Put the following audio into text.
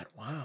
Wow